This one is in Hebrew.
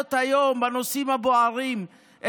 בבערות היום, בנושאים הבוערים.